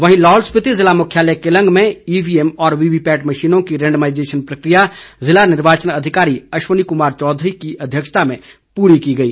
वहीं लाहौल स्पिति जिला मुख्यालय केलंग में ईवीएम और वीवीपैट मशीनों की रेंडमाईजेशन प्रक्रिया जिला निर्वाचन अधिकारी अश्वनी कुमार चौधरी की अध्यक्षता में पूरी की गई